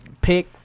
pick